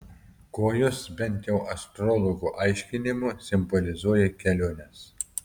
kojos bent jau astrologų aiškinimu simbolizuoja keliones